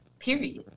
Period